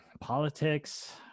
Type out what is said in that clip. politics